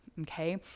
Okay